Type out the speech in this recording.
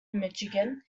michigan